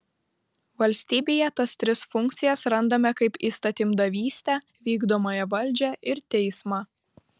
valstybėje tas tris funkcijas randame kaip įstatymdavystę vykdomąją valdžią ir teismą